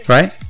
Right